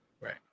right